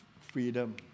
freedom